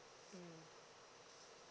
mmhmm